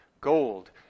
Gold